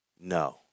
No